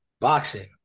boxing